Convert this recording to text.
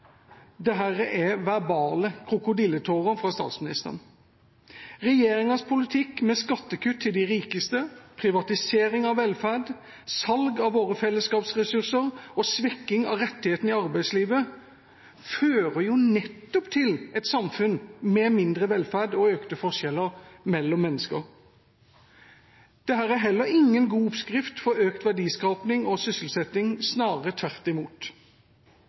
er verbale krokodilletårer fra statsministeren. Regjeringas politikk, med skattekutt til de rikeste, privatisering av velferd, salg av våre fellesskapsressurser og svekking av rettighetene i arbeidslivet, fører nettopp til et samfunn med mindre velferd og økte forskjeller mellom mennesker. Dette er heller ingen god oppskrift for økt verdiskaping og sysselsetting, snarere tvert imot.